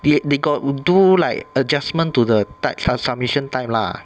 they they got do like adjustment to the tim~ submission time lah